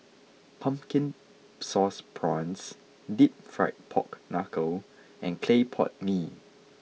Pumpkin Sauce Prawns Deep Fried Pork Knuckle and Clay Pot Mee